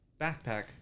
backpack